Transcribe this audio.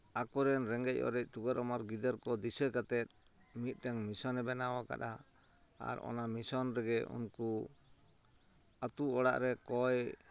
ᱟᱠᱚᱨᱮᱱ ᱨᱮᱸᱜᱮᱡ ᱚᱨᱮᱡ ᱴᱩᱣᱟᱹᱨ ᱚᱢᱚᱨ ᱜᱤᱫᱟᱹᱨᱠᱚ ᱫᱤᱥᱟᱹ ᱠᱟᱛᱮᱫ ᱢᱤᱫᱴᱟᱱ ᱢᱤᱥᱚᱱᱮ ᱵᱮᱱᱟᱣ ᱟᱠᱟᱫᱼᱟ ᱟᱨ ᱚᱱᱟ ᱢᱤᱥᱚᱱᱨᱮᱜᱮ ᱩᱱᱠᱩ ᱟᱹᱛᱩ ᱚᱲᱟᱜᱨᱮ ᱠᱚᱭ